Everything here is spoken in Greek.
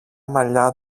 μαλλιά